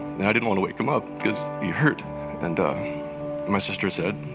and i didn't want to wake him up because he hurt and my sister said,